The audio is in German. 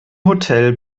hotel